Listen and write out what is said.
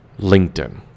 LinkedIn